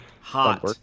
hot